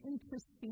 interesting